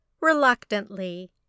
Reluctantly